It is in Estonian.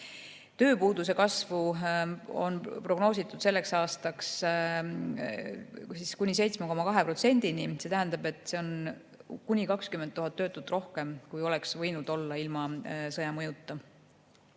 Tööpuuduse kasv on prognoositud sel aastal tõusma kuni 7,2%-ni, see tähendab, et meil on kuni 20 000 töötut rohkem, kui oleks olnud ilma sõja mõjuta.